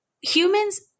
humans